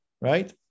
Right